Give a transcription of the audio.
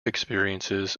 experiences